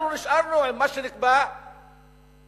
אנחנו נשארנו עם מה שנקבע אז,